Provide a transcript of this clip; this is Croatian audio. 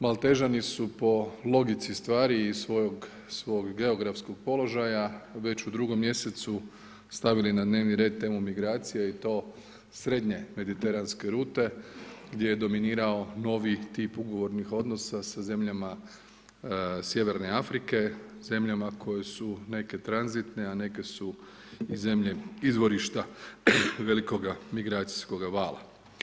Maltežani su po logici stvari i svog geografskog položaja već u drugom mjesecu stavili na dnevni red temu migracija i to srednje mediteranske rute gdje je dominirao novi tip ugovornih odnosa sa zemljama sjeverne Afrike, zemljama koje su neke tranzitne, a neke su i zemlje izvorišta velikoga migracijskoga vala.